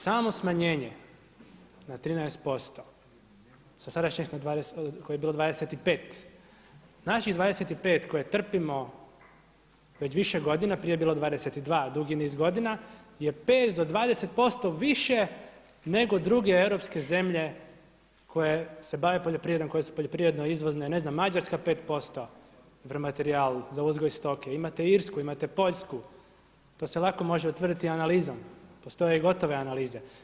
Samo smanjenje na 13% sa sadašnjih koje je bilo 25, naših 25 koje trpimo već više godina, prije je bilo 22 dugi niz godina je 5 do 20% više nego druge europske zemlje koje se bave poljoprivredom koje su poljoprivredno izvozne, ne znam Mađarska 5% u … materijalu za uzgoj stoke, imate Irsku, imate Poljsku, to se lako može utvrditi analizom, postoje i gotove analizom.